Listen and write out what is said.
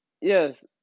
yes